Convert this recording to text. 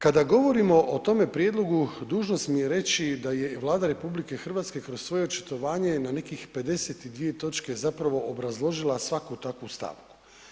Kada govorimo o tome prijedlogu dužnost mi je reći da je Vlada RH kroz svoje očitovanje na nekih 52. točke zapravo obrazložila svaku takvu stavku.